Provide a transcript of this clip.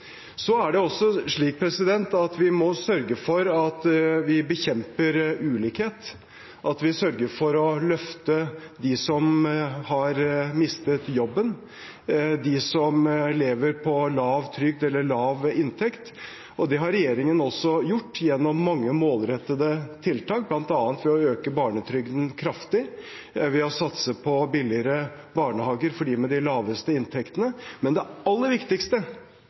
Så er det også slik at vi må sørge for å bekjempe ulikhet, sørge for å løfte dem som har mistet jobben, løfte dem som lever på lav trygd eller lav inntekt. Det har regjeringen også gjort gjennom mange målrettede tiltak, bl.a. ved å øke barnetrygden kraftig, ved å satse på billigere barnehager for dem med de laveste inntektene. Men det aller viktigste